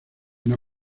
una